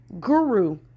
guru